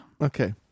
okay